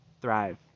thrive